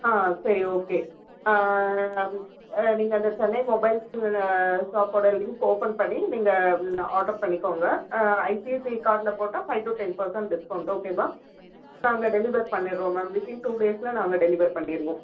ஆ சரி ஓகே நீங்கள் அந்த சென்னை மொபைல்ஸு ஷாப்போடய லிங்க் ஓப்பன் பண்ணி நீங்கள் ஆர்டர் பண்ணிக்கோங்க ஐசிஐசிஐ கார்ட்டில் போட்டால் five to ten percent discount ஓகேவா நாங்கள் டெலிவர் பண்ணிடுறோம் மேம் வித் இன் டூ டேஸில் நாங்கள் டெலிவர் பண்ணிடுவோம்